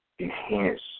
enhance